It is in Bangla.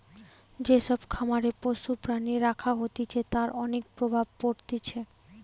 যে সব খামারে পশু প্রাণী রাখা হতিছে তার অনেক প্রভাব পড়তিছে